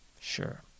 Sure